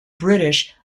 british